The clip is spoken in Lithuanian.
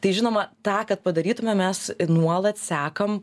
tai žinoma tą kad padarytume mes nuolat sekam